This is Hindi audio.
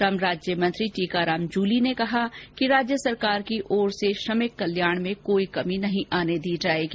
श्रम राज्यमंत्री टीकाराम जूली ने कहा कि राज्य सरकार की ओर से श्रमिक कल्याण में कोई कमी नहीं आने दी जाएगी